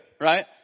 Right